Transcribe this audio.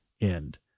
end